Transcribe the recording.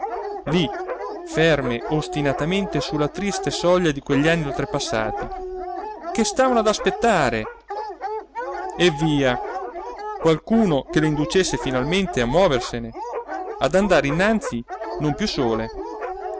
lì ferme ostinatamente su la triste soglia di quegli anni oltrepassati che stavano ad aspettare eh via qualcuno che le inducesse finalmente a muoversene ad andare innanzi non più sole